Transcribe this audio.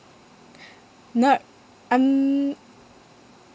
not um